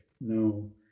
no